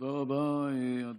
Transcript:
ההתיישבות הצעירה לחשמל.